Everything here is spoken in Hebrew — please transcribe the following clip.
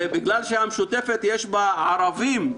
ובגלל שהמשותפת, יש בה ערבים,